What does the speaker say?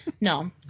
No